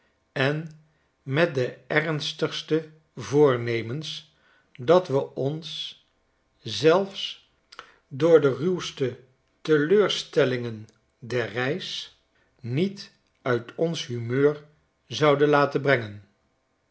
en met de ernstigste voornemens dat we ons zelfs door de ruwste teleurstellingen der reis niet uit ons humeur zouden laten brengen